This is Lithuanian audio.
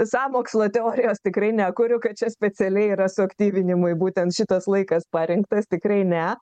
sąmokslo teorijos tikrai nekuriu kad čia specialiai yra suaktyvinimui būtent šitas laikas parinktas tikrai ne